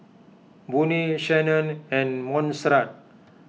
Boone Shannon and Monserrat